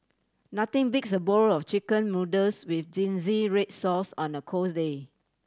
nothing beats a bowl of Chicken Noodles with zingy red sauce on a cold day